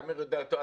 אמיר יודע יותר,